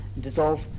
dissolve